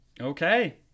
Okay